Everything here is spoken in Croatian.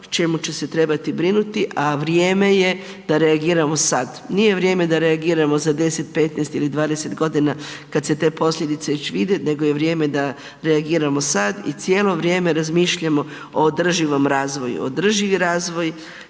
čemu će se trebati brinuti a vrijeme je da reagiramo sad, nije vrijeme da reagiramo za 10, 15 ili 20 g. kad se te posljedice već vide, nego je vrijeme da reagiramo sad i cijelo vrijeme razmišljamo o održivom razvoju, održivi razvoj,